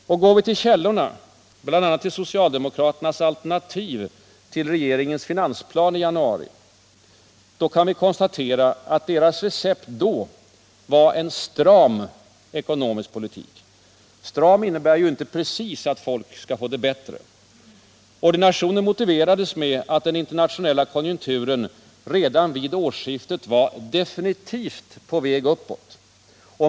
Går vi till källorna, bl.a. socialdemokraternas alternativ till regeringens finansplan i januari, kan vi konstatera att deras recept då var en ”stram” ekonomisk politik. ”Stram” innebär ju inte precis att folk får det bättre. Ordinationen motiverades med att den internationella konjunkturen redan vid årsskiftet var definitivt på väg uppåt.